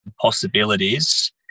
possibilities